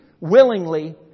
willingly